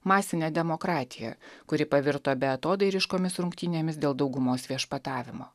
masinė demokratija kuri pavirto beatodairiškomis rungtynėmis dėl daugumos viešpatavimo